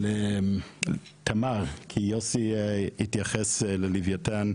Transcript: תמר כי יוסי התייחס ללווייתן.